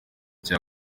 cya